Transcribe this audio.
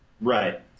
Right